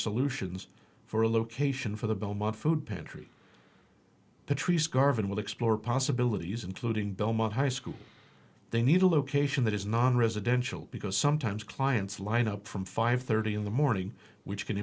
solutions for a location for the belmont food pantry patrice garvin will explore possibilities including belmont high school they need a location that is nonresidential because sometimes clients line up from five thirty in the morning which c